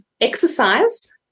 exercise